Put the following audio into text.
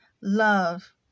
love